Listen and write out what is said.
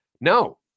No